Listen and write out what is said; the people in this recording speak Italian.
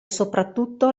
soprattutto